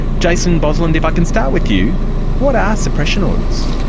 jason bosland, if i can start with you what are suppression orders?